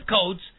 codes